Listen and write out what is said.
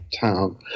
town